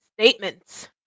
statements